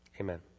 Amen